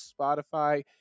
Spotify